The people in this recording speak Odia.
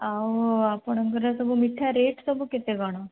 ଆଉ ଆପଣଙ୍କର ସବୁ ମିଠା ରେଟ୍ ସବୁ କେତେ କ'ଣ